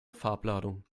farbladung